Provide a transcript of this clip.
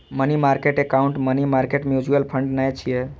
money market account money market mutual fund नै छियै